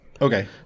Okay